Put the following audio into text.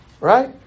Right